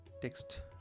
Text